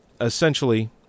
essentially